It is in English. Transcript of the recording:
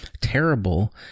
terrible